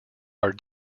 are